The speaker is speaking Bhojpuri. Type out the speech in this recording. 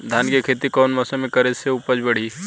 धान के खेती कौन मौसम में करे से उपज बढ़ी?